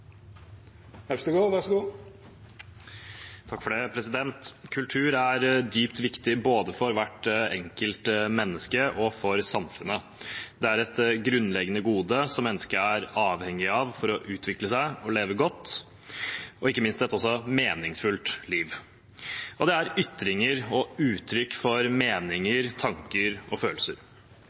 Kultur er dypt viktig – både for hvert enkelt menneske og for samfunnet. Det er et grunnleggende gode som mennesket er avhengig av for å utvikle seg og leve et godt og ikke minst meningsfylt liv. Og det er ytringer og uttrykk for meninger, tanker og følelser.